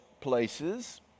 places